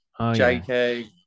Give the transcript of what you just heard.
JK